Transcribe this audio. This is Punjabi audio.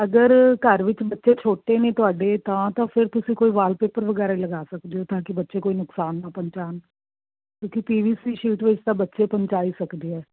ਅਗਰ ਘਰ ਵਿੱਚ ਬੱਚੇ ਛੋਟੇ ਨੇ ਤੁਹਾਡੇ ਤਾਂ ਤਾਂ ਫਿਰ ਤੁਸੀਂ ਕੋਈ ਵਾਲਪੇਪਰ ਵਗੈਰਾ ਹੀ ਲਗਾ ਸਕਦੇ ਓ ਤਾਂ ਕੀ ਬੱਚੇ ਕੋਈ ਨੁਕਸਾਨ ਨਾ ਪਹੁੰਚਾਉਣ ਕਿਉਂਕਿ ਪੀ ਵੀ ਸੀ ਸ਼ੀਟ ਵਿੱਚ ਤਾਂ ਬੱਚੇ ਪਹੁੰਚਾਈ ਸਕਦੇ ਹੈ